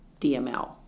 DML